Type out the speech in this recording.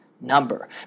number